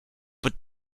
but